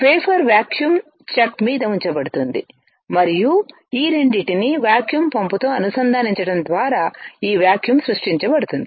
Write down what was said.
wafer vacuum chuck మీద ఉంచబడుతుంది మరియు ఈ రెండింటిని వాక్యూమ్ పంపుతో అనుసంధానించడం ద్వారా ఈ వాక్యూమ్ సృష్టించబడుతుంది